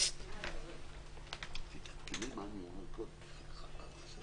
שעות נוספות, ד"ר בליי, ניצן